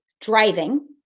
Driving